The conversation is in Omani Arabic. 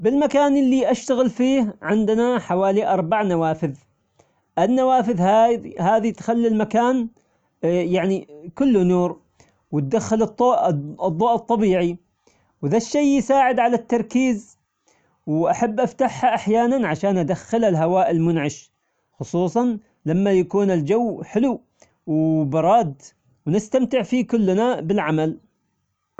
بالمكان اللي أشتغل فيه عندنا حوالي أربع نوافذ، النوافذ ه- هذي تخلي المكان يعني كله نور وتدخل الضو- الضوء الطبيعي، وذا الشي يساعد على التركيز، وأحب أفتحها أحيانا عشان أدخل الهواء المنعش خصوصا لما يكون الجو حلو وبراد ونستمتع فيه كلنا بالعمل.